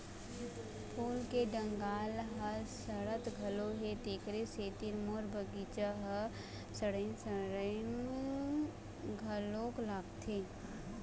फूल के डंगाल ह सड़त घलोक हे, तेखरे सेती मोर बगिचा ह सड़इन सड़इन घलोक लागथे